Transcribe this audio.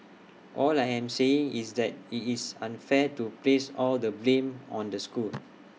all I am saying is that IT is unfair to place all the blame on the school